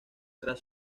tras